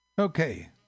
Okay